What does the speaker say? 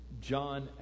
John